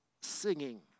singing